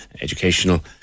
educational